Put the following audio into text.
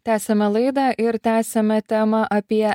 tęsiame laidą ir tęsiame temą apie